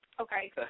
Okay